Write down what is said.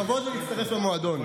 לכבוד הוא לי להצטרף למועדון.